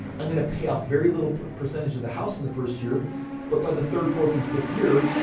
i'm going to pay off very little percentage of the house in the first year but by the third fourth and fifth year,